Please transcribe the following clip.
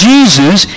Jesus